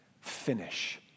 finish